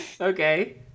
Okay